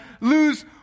lose